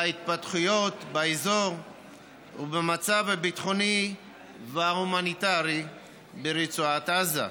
בהתפתחויות באזור ובמצב הביטחוני וההומניטרי ברצועת עזה.